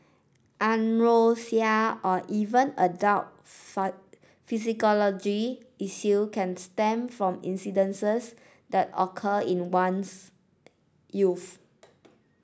Anorexia or even adults psychological issues can stem from incidences that occur in one's youth